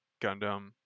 Gundam